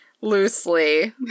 loosely